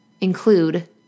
include